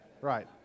Right